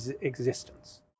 existence